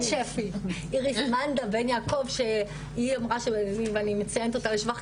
איריס בן יעקב שהיא אמרה לי ואני מציינת אותה לשבח,